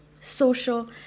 social